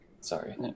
sorry